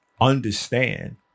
understand